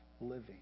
living